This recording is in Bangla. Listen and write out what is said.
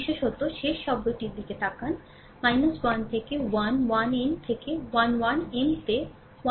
বিশেষত শেষ শব্দটির দিকে তাকান 1 থেকে 1 1 n থেকে 1 1 Mতে 1 পাওয়ার 1